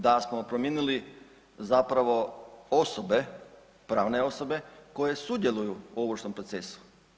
Da smo promijenili zapravo osobe, pravne osobe koje sudjeluju u ovršnom procesu.